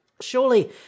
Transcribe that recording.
surely